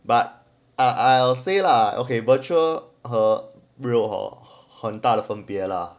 but I'll say lah okay virtual 和 real hor 恒大的分别了